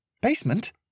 Basement